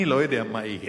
אני לא יודע מה יהיה,